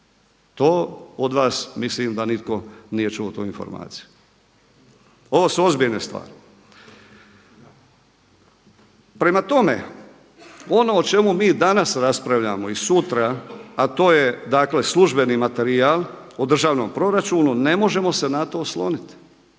To od vas mislim da nitko nije čuo tu informaciju. Ovo su ozbiljne stvari. Prema tome, ono o čemu mi danas raspravljamo i sutra, a to je službeni materijal o državnom proračunu ne možemo se na to osloniti.